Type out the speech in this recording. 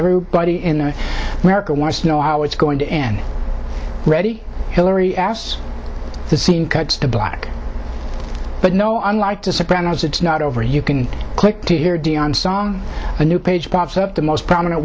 everybody in america wants know how it's going to end ready hillary ass the scene cut to black but no unlike the sopranos it's not over you can click to hear dionne song a new page pops up the most prominent